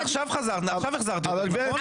נעמה לזימי, החזרתי אותך רק עכשיו, נכון?